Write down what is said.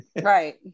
right